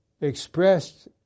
expressed